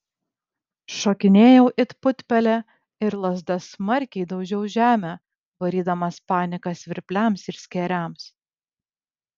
šokinėjau it putpelė ir lazda smarkiai daužiau žemę varydamas paniką svirpliams ir skėriams